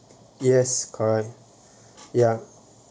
yes correct ya